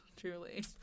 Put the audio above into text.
Truly